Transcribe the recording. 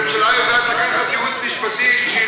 הממשלה יודעת לקחת ייעוץ משפטי כשהיא